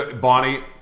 Bonnie